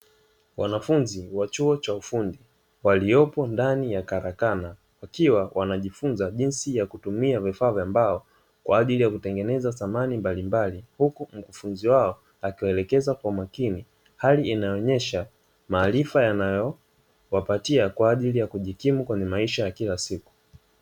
Wanafunzi wa chuo cha ufundi waliopo ndani ya karakana wakiwa wanajifunza jinsi ya kutumia vifaa vya mbao kwa ajili ya kutengeneza samani mbalimbali huku mkufunzi wao akiwaelekeza kwa makini hali inayoonyesha maarifa anayowapatia kwa ajili ya kujikimu kwenye maisha ya kila siku.